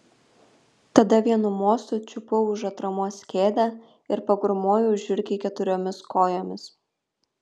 tada vienu mostu čiupau už atramos kėdę ir pagrūmojau žiurkei keturiomis kojomis